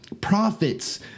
Prophets